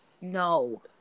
No